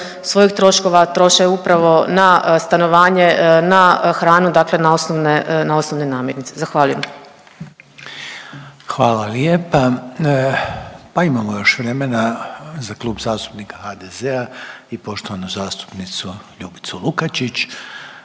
svojih troškova troše upravo na stanovanje, na hranu, dakle na osnovne, na osnovne namirnice, zahvaljujem. **Reiner, Željko (HDZ)** Hvala lijepa, pa imamo još vremena za Klub zastupnika HDZ-a i poštovanu zastupnicu Ljubicu Lukačić,